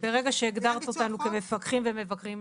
אבל ברגע שהגדרתם אותנו כמפקחים ובמקרים,